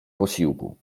posiłku